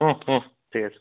হুম হুম ঠিক আছে